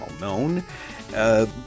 well-known